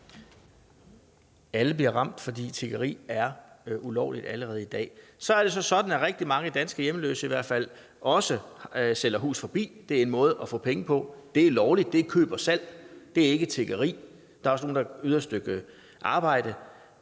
Alle bliver ramt, for tiggeri er ulovligt allerede i dag. Så er det sådan, at rigtig mange danske hjemløse i hvert fald også sælger »Hus Forbi«. Det er en måde at få penge på, og det er lovligt. Det er køb og salg, det er ikke tiggeri. Der er også nogle, der yder et stykke arbejde